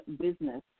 business